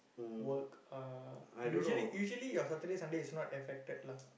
work uh usually usually your Saturday Sunday is not affected lah